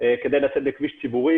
לפחות מינהל הרכש של הגופים הציבוריים,